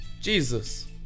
Jesus